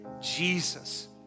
Jesus